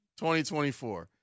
2024